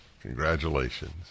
congratulations